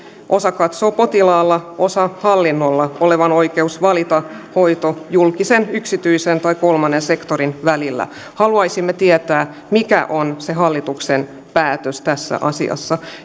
osa katsoo potilaalla osa hallinnolla olevan oikeus valita hoito julkisen yksityisen tai kolmannen sektorin välillä haluaisimme tietää mikä on se hallituksen päätös tässä asiassa